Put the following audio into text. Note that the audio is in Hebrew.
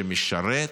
שמשרת,